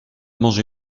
mangé